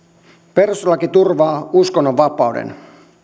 perustuslaki turvaa uskonnonvapauden